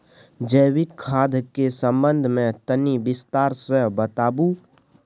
जैविक खाद के संबंध मे तनि विस्तार स बताबू?